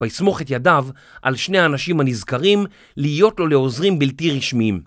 ויסמוך את ידיו על שני האנשים הנזכרים להיות לו לעוזרים בלתי רשמיים.